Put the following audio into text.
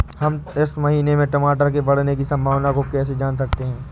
हम इस महीने में टमाटर के बढ़ने की संभावना को कैसे जान सकते हैं?